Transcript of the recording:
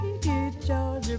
Georgia